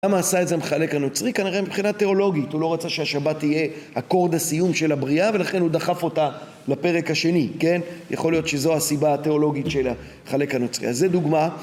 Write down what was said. למה עשה את זה המחלק הנוצרי? כנראה מבחינה תיאולוגית, הוא לא רצה שהשבת תהיה אקורד הסיום של הבריאה ולכן הוא דחף אותה לפרק השני, כן? יכול להיות שזו הסיבה התיאולוגית של המחלק הנוצרי. אז זו דוגמה.